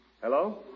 Hello